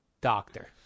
doctor